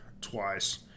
twice